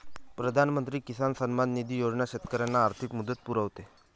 प्रधानमंत्री किसान सन्मान निधी योजना शेतकऱ्यांना आर्थिक मदत पुरवते